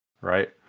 right